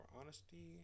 honesty